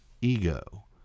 ego